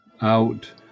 out